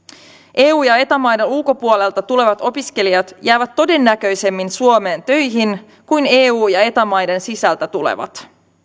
eu ja eta maiden ulkopuolelta tulevat opiskelijat jäävät todennäköisemmin suomeen töihin kuin eu ja eta maiden sisältä tulevat